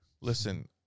Listen